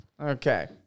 Okay